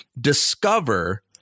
discover